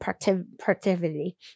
productivity